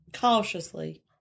cautiously